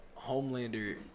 Homelander